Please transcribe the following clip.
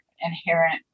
inherent